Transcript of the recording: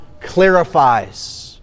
clarifies